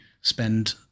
spend